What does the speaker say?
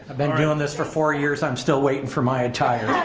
ah been doing this for four years. i'm still waiting for my attire.